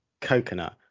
coconut